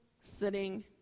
sitting